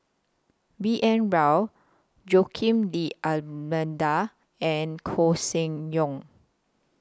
B N Rao Joaquim D'almeida and Koeh Sia Yong